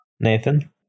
Nathan